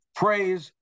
praise